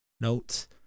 notes